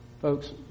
Folks